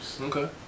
Okay